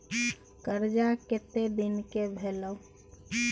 कर्जा कत्ते दिन के भेलै?